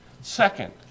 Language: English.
Second